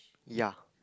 ya